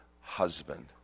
husband